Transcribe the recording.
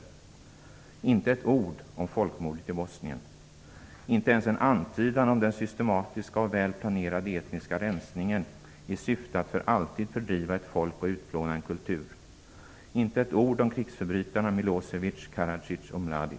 Det fanns inte ett ord om folkmordet i Bosnien, inte ens en antydan om den systematiska och väl planerade etniska rensningen i syfte att för alltid fördriva ett folk och utplåna en kultur, inte ett ord om krigsförbrytarna Milosevic, Karadzic och Mladic.